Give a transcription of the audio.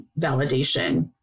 validation